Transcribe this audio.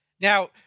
Now